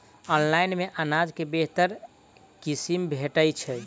Online मे अनाज केँ बेहतर किसिम भेटय छै?